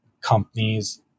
companies